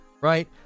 right